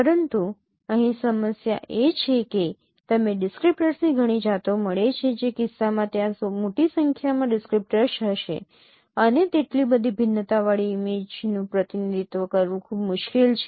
પરંતુ અહીં સમસ્યા એ છે કે તમને ડિસક્રીપ્ટર્સની ઘણી જાતો મળે છે જે કિસ્સામાં ત્યાં મોટી સંખ્યામાં ડિસક્રીપ્ટર્સ હશે અને તેટલી બધી ભિન્નતાવાળી ઇમેજનું પ્રતિનિધિત્વ કરવું ખૂબ મુશ્કેલ છે